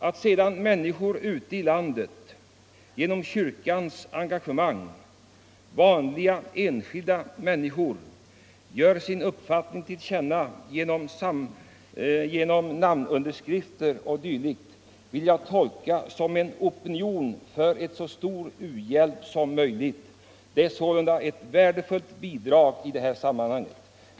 Att sedan människor ute i landet genom kyrkans engagemang, vanliga enskilda människor, ger sin uppfattning till känna genom namnunderskrifter o. d., vill jag tolka som en opinion för en så stor u-hjälp som möjligt. Det är sålunda ett värdefullt bidrag i det här sammanhanget.